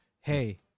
Hey